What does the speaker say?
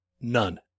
None